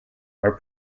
are